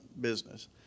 business